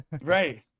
right